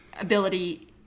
ability